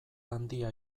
handia